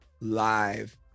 live